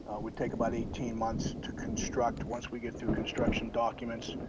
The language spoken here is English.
would take about eighteen months to construct, once we get through construction documents.